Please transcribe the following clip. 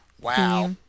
wow